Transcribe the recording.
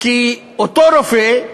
כי אותו רופא,